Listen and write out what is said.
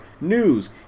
news